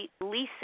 Lisa